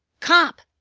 cop!